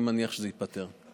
אני מניח שזה ייפתר.